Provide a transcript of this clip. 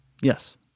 Yes